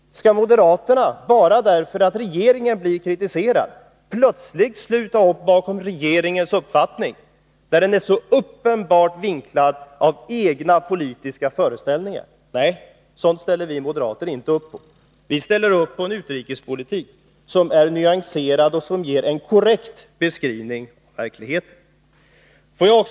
Skall moderaterna, bara därför att regeringen blir kritiserad, plötsligt sluta upp bakom regeringens uppfattning när den är så uppenbart vinklad av egna politiska föreställningar? Nej, sådant ställer vi moderater inte upp för. Vi ställer upp bakom en utrikespolitik som är nyanserad och som ger en korrekt beskrivning av verkligheten. Herr talman!